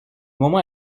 moment